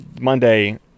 Monday